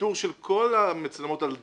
ניתור של כל המצלמות על הדרך,